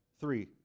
Three